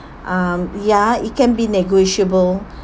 um ya it can be negotiable